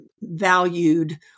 valued